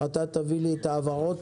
מבחינתנו זה מעט מידי.